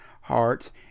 hearts